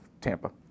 Tampa